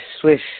swish